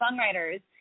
songwriters